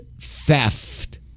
theft